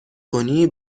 کنی